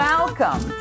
Welcome